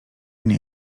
nie